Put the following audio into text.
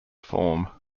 form